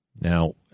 Now